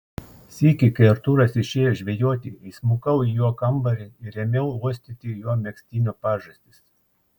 sykį kai artūras išėjo žvejoti įsmukau į jo kambarį ir ėmiau uostyti jo megztinio pažastis